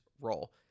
role